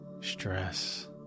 stress